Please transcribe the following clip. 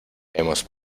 hemos